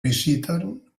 visiten